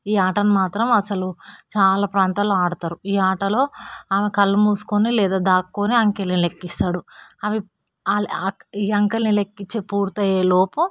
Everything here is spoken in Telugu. ఈ ఆటను మాత్రం అసలు చాలా ప్రాంతాలలో ఆడతారు ఈ ఆటలో ఆమె కళ్ళు మూసుకొని లేదా దాక్కోని అంకెల్ని లెక్కిస్తాడు అవి ఆ ఆ ఈ అంకెల్ని లెక్కించడం పూర్తయ్యేలోపు